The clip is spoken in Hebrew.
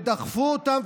דחפו אותן,